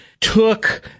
took